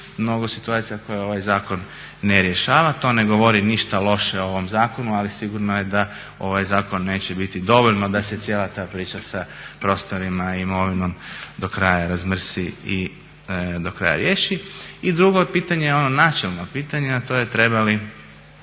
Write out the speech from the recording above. mnogo situacija koje ovaj zakon ne rješava. To ne govori ništa loše o ovom zakonu ali sigurno je da ovaj zakon neće biti dovoljno da se cijela ta priča sa prostorima i imovinom do kraja razmrsi i do kraja riješi. I drugo pitanje je ono načelno pitanje, a to je treba li